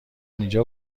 اینجا